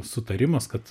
sutarimas kad